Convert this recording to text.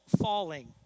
falling